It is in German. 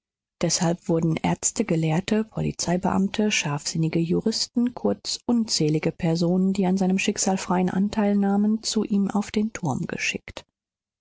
deshalb wurden ärzte gelehrte polizeibeamte scharfsinnige juristen kurz unzählige personen die an seinem schicksal freien anteil nahmen zu ihm auf den turm geschickt